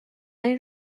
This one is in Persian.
این